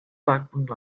background